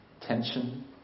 tension